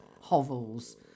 hovels